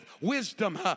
wisdom